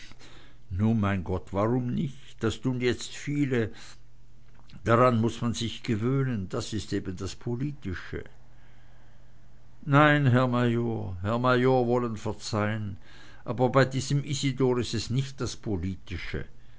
nu mein gott warum nicht das tun jetzt viele daran muß man sich gewöhnen das is eben das politische nein herr major herr major wollen verzeihn aber bei diesem isidor is es nicht das politische